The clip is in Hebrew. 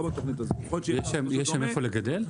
יש שם איפה לגדל?